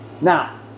Now